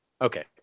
okay